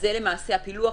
זה למעשה הפילוח.